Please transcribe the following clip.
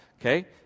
okay